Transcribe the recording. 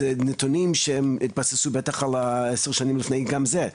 אלו נתונים שהתבססו בטח על העשר שנים הקודמים גם לזה.